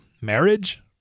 marriage